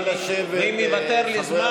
ואם ייוותר לי זמן,